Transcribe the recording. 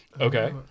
Okay